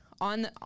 on